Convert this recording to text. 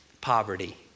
poverty